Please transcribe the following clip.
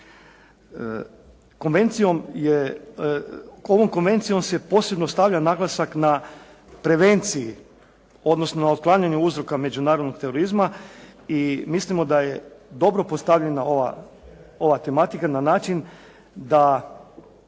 ovom konvencijom se posebno stavlja naglasak na prevenciji, odnosno otklanjanju uzroka međunarodnog terorizma i mislimo da je dobro postavljena ova tematika na način da